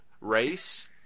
race